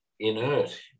Inert